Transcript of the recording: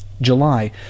July